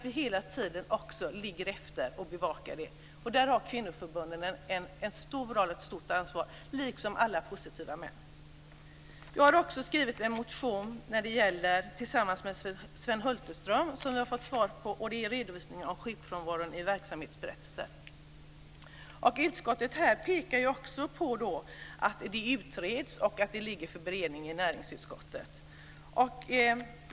Vi måste också hela tiden bevaka detta. Där har kvinnoförbunden en stor roll och ett stort ansvar, liksom alla positiva män. Jag har också skrivit en motion tillsammans med Sven Hulterström som vi har fått svar på. Den gäller redovisning av sjukfrånvaron i verksamhetsberättelser. Här pekar utskottet också på att det utreds och att det ligger för beredning i näringsutskottet.